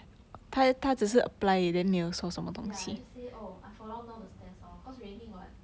ya I just say oh I fall down down the stairs lor cause raining what